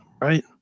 Right